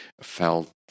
felt